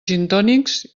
gintònics